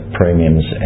premiums